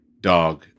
dog